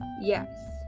Yes